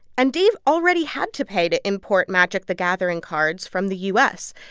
and dave already had to pay to import magic the gathering cards from the u s.